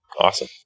Awesome